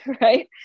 right